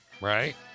right